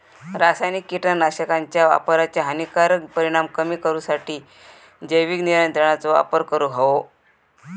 रासायनिक कीटकनाशकांच्या वापराचे हानिकारक परिणाम कमी करूसाठी जैविक नियंत्रणांचो वापर करूंक हवो